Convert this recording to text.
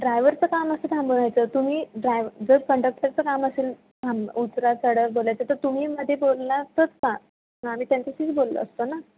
ड्रायवरचं काम असतं थांबवण्याचं तुम्ही ड्राय जर कंडक्टरचं काम असेल थाम उतरा चढा बोलायचं तर तुम्ही मध्ये बोललातच का आम्ही त्यांच्याशीच बोललो असतो ना